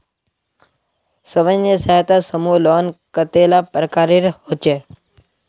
स्वयं सहायता समूह लोन कतेला प्रकारेर होचे?